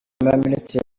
y’abaminisitiri